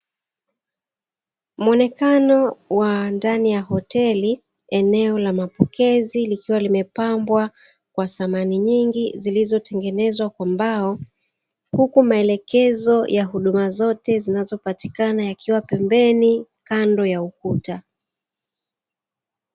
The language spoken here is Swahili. Muonekano wa ndani ya hoteli eneo la mapokezi likiwa limepambwa kwa thamani nyingi zilizotengenezwa kwa mbao, huku maelekezo ya huduma zote zinazopatikana yakiwa pembeni kando ya ukuta.